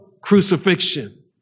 crucifixion